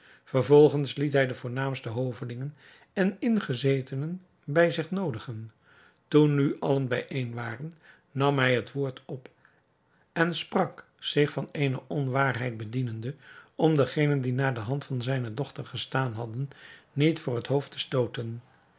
vervolgens liet hij de voornaamste hovelingen en ingezetenen bij zich noodigen toen nu allen bijeen waren nam hij het woord op en sprak zich van eene onwaarheid bedienende om degenen die naar de hand van zijne dochter gestaan hadden niet voor het hoofd te stooten